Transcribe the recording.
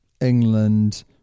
England